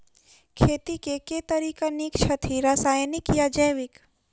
खेती केँ के तरीका नीक छथि, रासायनिक या जैविक?